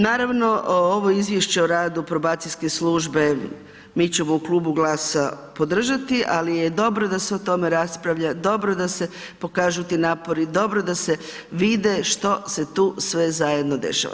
Naravno ovo Izvješće o radu probacijske službe, mi ćemo u klubu GLAS-a podržati ali je dobro da se o tome raspravlja, dobro da se pokažu ti napori, dobro da se vide što se tu sve zajedno dešava.